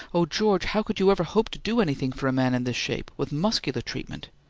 oh, george, how could you ever hope to do anything for a man in this shape, with muscular treatment?